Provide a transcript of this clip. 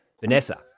Vanessa